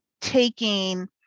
taking